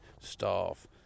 staff